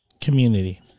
community